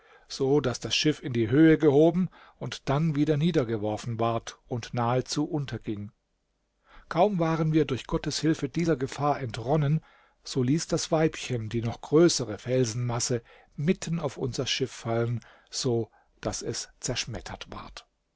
so daß das schiff in die höhe gehoben und dann wieder niedergeworfen ward und nahezu unterging kaum waren wir durch gottes hilfe dieser gefahr entronnen so ließ das weibchen die noch größere felsenmasse mitten auf unser schiff fallen so daß es zerschmettert ward